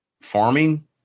farming